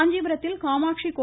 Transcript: காஞ்சிபுரத்தில் காமாட்சி கோ